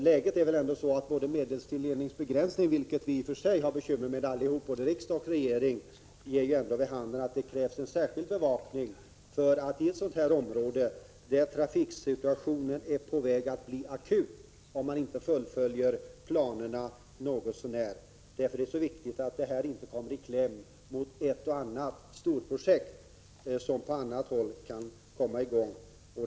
Läget beträffande medelstilldelningsbegränsningen, som både riksdag och regering har bekymmer med, ger vid handen att det krävs en särskild bevakning i ett sådant här område, där trafiksituationen är på väg att bli akut om planerna inte fullföljs något så när. Det är viktigt att detta projekt inte kommer i kläm mellan storprojekt som kan sättas i gång på annat håll.